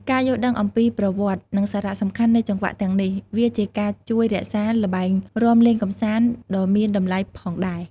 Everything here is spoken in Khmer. ការយល់ដឹងអំពីប្រវត្តិ និងសារៈសំខាន់នៃចង្វាក់ទាំងនេះ វាជាការជួយរក្សារល្បែងរាំលេងកម្សាន្តដ៏មានតម្លៃផងដែរ។